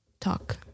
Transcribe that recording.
talk